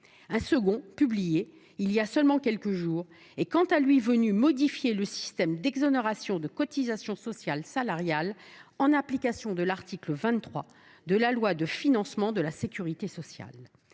décret, publié voilà seulement quelques jours, modifie quant à lui le système d’exonérations de cotisations sociales salariales, en application de l’article 23 de la loi de financement de la sécurité sociale